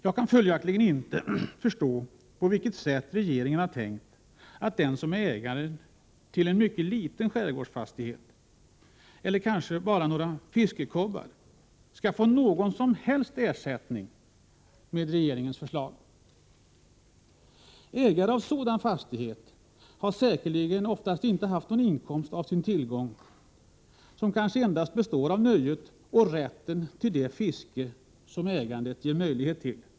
Jag kan följaktligen inte förstå på vilket sätt regeringen har tänkt att den som är ägare till en mycket liten skärgårdsfastighet — kanske bara några fiskekobbar— skall få någon som helst ersättning med regeringens förslag. Ägaren av sådan fastighet har säkerligen oftast inte haft någon inkomst av sin tillgång, som endast består i nöjet av och rätten till det fiske som ägandet ger möjlighet till.